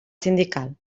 sindical